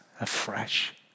afresh